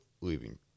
leaving